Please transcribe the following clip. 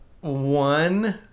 one